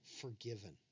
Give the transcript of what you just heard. forgiven